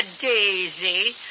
daisy